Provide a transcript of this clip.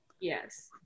Yes